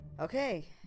Okay